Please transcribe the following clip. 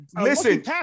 Listen